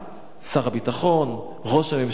שר הביטחון, ראש הממשלה,